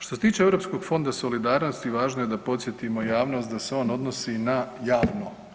Što se tiče Europskog fonda solidarnosti važno je da podsjetimo javnost da se on odnosi na javno.